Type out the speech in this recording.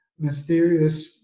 mysterious